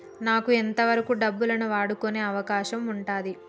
నాకు ఎంత వరకు డబ్బులను వాడుకునే అవకాశం ఉంటది?